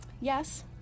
Yes